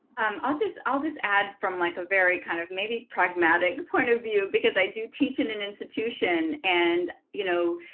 um ah i'll just add from like a very kind of maybe pragmatic point of view, because i do teach in an institution and, you know,